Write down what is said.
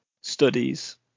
studies